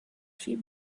tree